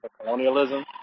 colonialism